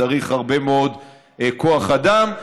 צריך הרבה מאוד כוח אדם.